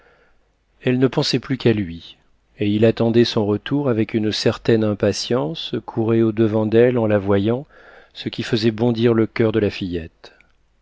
elle ne pensait plus qu'à lui et il attendait son retour avec une certaine impatience courait au-devant d'elle en la voyant ce qui faisait bondir le coeur de la fillette